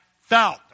felt